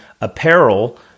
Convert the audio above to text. apparel